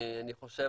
אני חושב